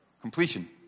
completion